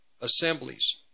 assemblies